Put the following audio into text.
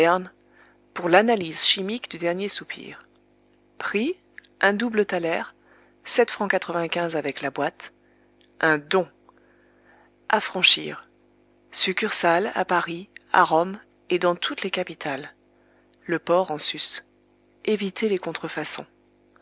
pour l'analyse chimique du dernier soupir prix un double thaler un don affranchir succursales à paris à rome et dans toutes les capitales le port en sus eviter les contrefaçons